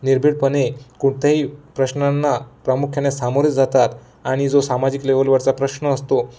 निर्भीडपणेकोणत्याही प्रश्नांना प्रामुख्याने सामोरे जातात आणि जो सामाजिक लेवलवरचा प्रश्न असतो